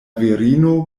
virino